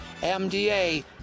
mda